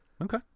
Okay